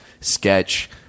sketch